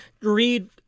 read